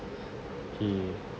he